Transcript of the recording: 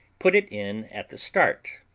put it in at the start,